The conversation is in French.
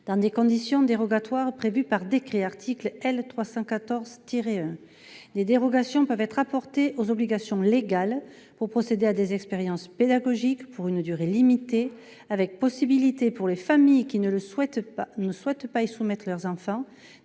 dans des conditions dérogatoires prévues par décret », en vertu de l'article L. 314-1. Des dérogations peuvent être apportées aux obligations légales pour procéder à des expériences pédagogiques, pour une durée limitée, avec la possibilité, pour les familles qui ne souhaitent pas y soumettre leurs enfants,